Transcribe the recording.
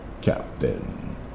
Captain